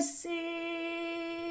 see